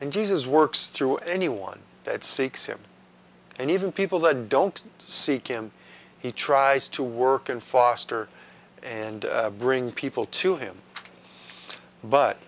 and jesus works through anyone that seeks him and even people that don't seek him he tries to work and foster and bring people to him but